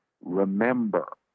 remember